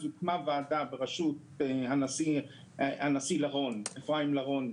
הוקמה ועדה בראשות הנשיא אפרים לרון,